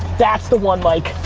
that's the one, mike,